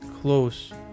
close